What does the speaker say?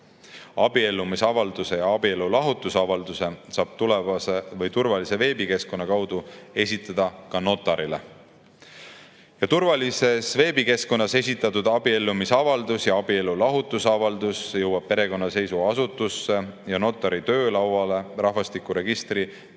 Abiellumisavalduse ja abielulahutusavalduse saab turvalise veebikeskkonna kaudu esitada ka notarile. Turvalises veebikeskkonnas esitatud abiellumisavaldus ja abielulahutusavaldus jõuavad perekonnaseisuasutusse ja notari töölauale rahvastikuregistri